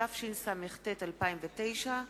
התשס"ט 2009,